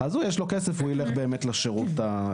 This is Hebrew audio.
אז לו יש כסף והוא ילך באמת לשירות הפרטי.